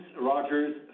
Rogers